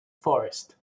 forest